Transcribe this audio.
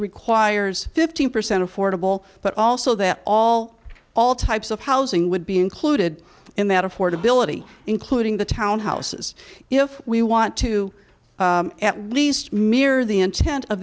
requires fifteen percent affordable but also that all all types of housing would be included in that affordability including the townhouses if we want to at least mirror the intent of